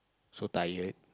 so tired